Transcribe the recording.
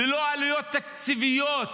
ללא עלויות תקציביות.